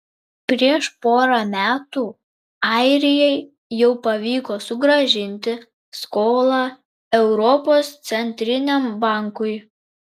prieš porą metų airijai jau pavyko sugrąžinti skolą europos centriniam bankui